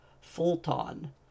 Fulton